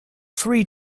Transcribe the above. three